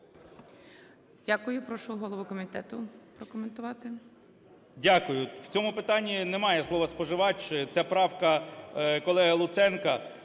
Прошу голову комітету прокоментувати.